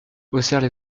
haussèrent